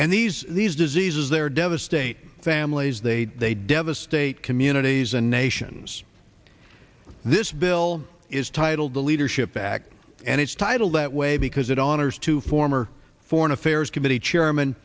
and these these diseases their devastated families they they devastate communities and nations this bill is titled the leadership back and its title that way because it on or to former foreign affairs committee chairman